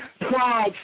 Pride